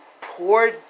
poor